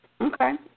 Okay